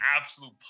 absolute